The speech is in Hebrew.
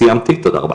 סיימתי, תודה רבה.